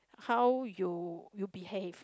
how you you behave